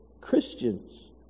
Christians